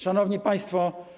Szanowni Państwo!